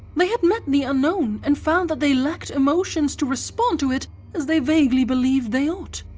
they had met the unknown, and found that they lacked emotions to respond to it as they vaguely believed they ought.